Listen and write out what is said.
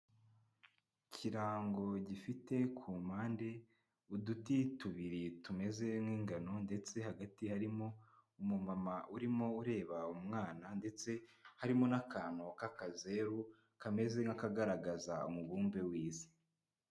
Ikirango gifite ku mpande uduti tubiri tumeze nk'ingano ndetse hagati harimo umumama urimo ureba umwana ndetse harimo n'akantu k'akazeru, kameze nk'akagaragaza umubumbe w'Isi.